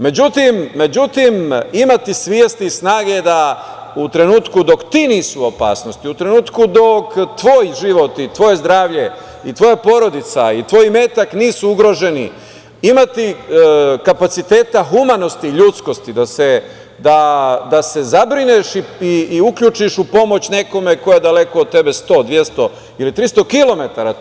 Međutim, imati svesti i snage da u trenutku dok ti nisu u opasnosti, u trenutku dok tvoj život i tvoje zdravlje i tvoja porodica, tvoj imetak nisu ugroženi, imati kapaciteta humanosti, ljudskosti da se zabrineš i uključiš u pomoć nekome ko je daleko od tebe 100, 200 ili 300 kilometara.